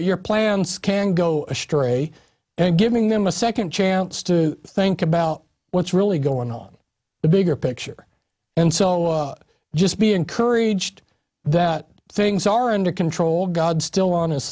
your plans can go astray and giving them a second chance to think about what's really going on the bigger picture and so just be encouraged that things are under control god still on his